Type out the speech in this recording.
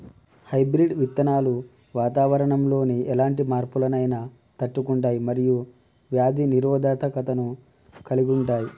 hybrid విత్తనాలు వాతావరణంలోని ఎలాంటి మార్పులనైనా తట్టుకుంటయ్ మరియు వ్యాధి నిరోధకతను కలిగుంటయ్